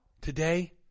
Today